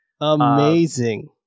amazing